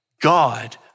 God